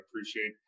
appreciate